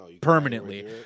Permanently